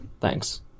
thanks